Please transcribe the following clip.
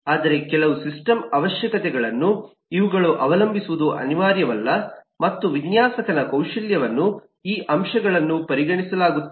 ಆದರೆ ಕೆಲವು ಸಿಸ್ಟಮ್ ಅವಶ್ಯಕತೆಗಳನ್ನು ಇವುಗಳು ಅವಲಂಬಿಸುವುದು ಅನಿವಾರ್ಯವಲ್ಲ ಮತ್ತು ವಿನ್ಯಾಸಕನ ಕೌಶಲ್ಯವನ್ನು ಈ ಅಂಶಗಳನ್ನು ಪರಿಗಣಿಸಲಾಗುತ್ತದೆ